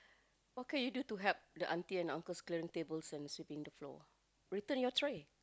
okay you do to help the auntie and uncle clearing tables and sweeping the floor return your tray